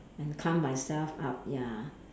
and calm myself up ya